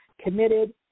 committed